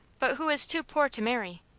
but who is too poor to marry?